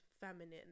feminine